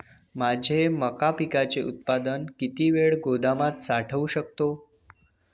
माझे मका पिकाचे उत्पादन किती वेळ गोदामात साठवू शकतो?